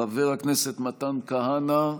חבר הכנסת מתן כהנא,